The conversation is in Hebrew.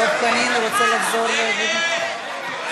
דב חנין רוצה לחזור, נגד.